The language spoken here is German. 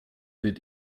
wird